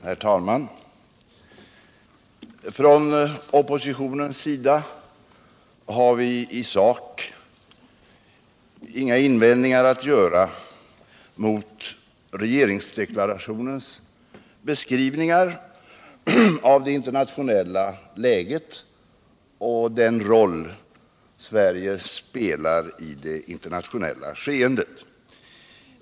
Herr talman! Från oppositionens sida har vi i sak inga invändningar att göra mot regeringsdeklarationens beskrivningar av det internationella läget och den roll Sverige spelar i det internationella skeendet.